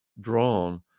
drawn